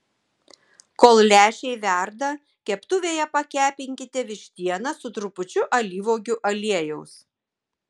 kol lęšiai verda keptuvėje pakepinkite vištieną su trupučiu alyvuogių aliejaus